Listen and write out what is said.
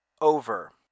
over